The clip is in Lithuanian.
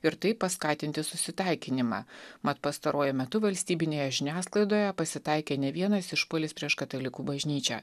ir taip paskatinti susitaikinimą mat pastaruoju metu valstybinėje žiniasklaidoje pasitaikė ne vienas išpuolis prieš katalikų bažnyčią